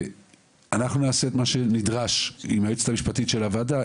אנחנו נעשה את מה שנדרש עם היועצת המשפטית של הוועדה.